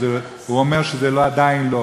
הוא אומר שזה עדיין לא.